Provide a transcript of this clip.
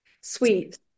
Sweet